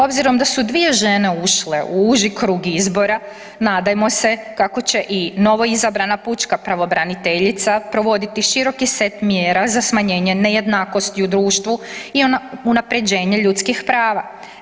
Obzirom da su dvije žene ušle u uži krug izbora nadajmo se kako će i novoizabrana pučka pravobraniteljica provoditi široki set mjera za smanjenje nejednakosti u društvu i unapređenje ljudskih prava.